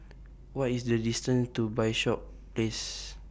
What IS The distance to Bishops Place